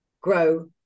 grow